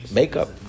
makeup